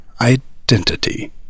identity